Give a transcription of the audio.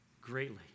greatly